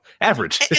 average